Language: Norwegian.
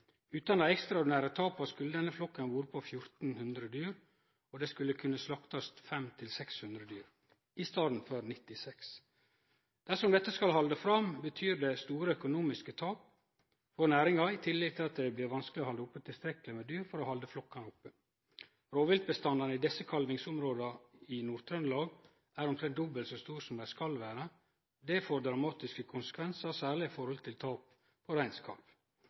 Utan dei ekstraordinære tapa skulle denne flokken ha vore på 1 400 dyr, og ein skulle kunne ha slakta 500–600 dyr, i staden for 96. Dersom dette held fram, vil det bety store økonomiske tap for næringa, i tillegg til at det blir vanskeleg å ha tilstrekkeleg med dyr til å halde flokkane oppe. Rovviltbestandane i desse kalvingsområda i Nord-Trøndelag er omtrent dobbelt så store som dei skal vere. Det får dramatiske konsekvensar, særlig for tap av reinkalv. Ein reineigar som var med i